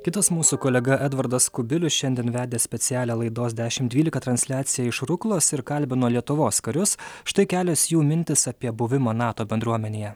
kitas mūsų kolega edvardas kubilius šiandien vedė specialią laidos dešim dvylika transliaciją iš ruklos ir kalbino lietuvos karius štai kelios jų mintys apie buvimą nato bendruomenėje